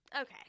Okay